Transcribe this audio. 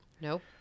Nope